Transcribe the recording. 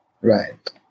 Right